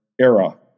era